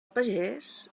pagès